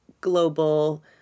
global